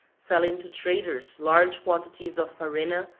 selling to traders large quantities of farina,